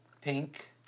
pink